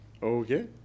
Okay